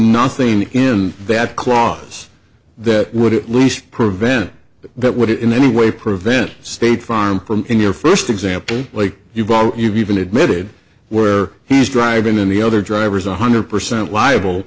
nothing in that clause that would at least prevent that that would in any way prevent state farm from in your first example like you vote you've even admitted where he's driving in the other drivers one hundred percent liable